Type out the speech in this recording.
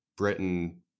Britain